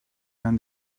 when